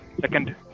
second